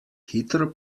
hitro